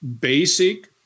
basic